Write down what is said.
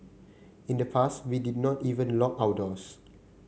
in the past we did not even lock our doors